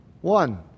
One